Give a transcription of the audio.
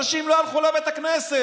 אנשים לא הלכו לבית הכנסת.